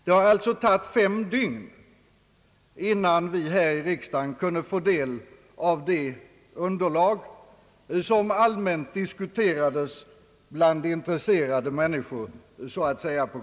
Det tog fem dygn innan vi här i riksdagen kunde få del av det underlag som allmänt diskuterades bland intresserade människor på stan.